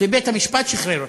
ובית-המשפט שחרר אותו.